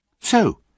So